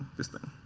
this thing.